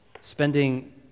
spending